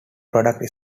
product